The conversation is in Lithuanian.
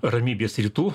ramybės rytų